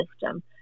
system